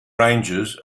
rangers